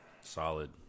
solid